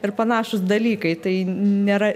ir panašūs dalykai tai nėra